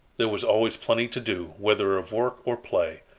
there was always plenty to do, whether of work or play.